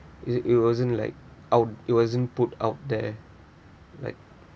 it it wasn't like out it wasn't put out there like